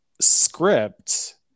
script